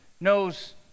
knows